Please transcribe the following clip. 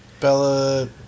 Bella